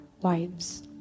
wives